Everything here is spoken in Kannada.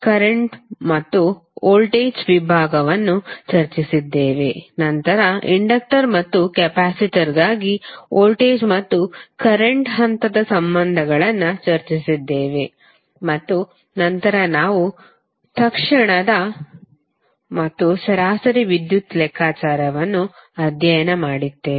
ಕರೆಂಟ್ ಮತ್ತು ವೋಲ್ಟೇಜ್ ವಿಭಾಗವನ್ನೂ ಚರ್ಚಿಸಿದ್ದೇವೆ ನಂತರ ಇಂಡಕ್ಟರ್ ಮತ್ತು ಕೆಪಾಸಿಟರ್ಗಾಗಿ ವೋಲ್ಟೇಜ್ ಮತ್ತು ಕರೆಂಟ್ ಹಂತದ ಸಂಬಂಧಗಳನ್ನು ಚರ್ಚಿಸಿದ್ದೇವೆ ಮತ್ತು ನಂತರ ನಾವು ತಕ್ಷಣದ ಮತ್ತು ಸರಾಸರಿ ವಿದ್ಯುತ್ ಲೆಕ್ಕಾಚಾರವನ್ನು ಅಧ್ಯಯನ ಮಾಡಿದ್ದೇವೆ